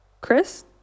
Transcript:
Chris